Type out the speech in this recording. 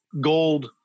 gold